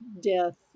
death